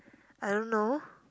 I don't know